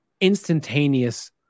instantaneous